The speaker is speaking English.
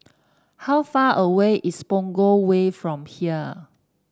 how far away is Punggol Way from here